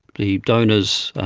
the donors,